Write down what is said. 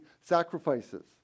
sacrifices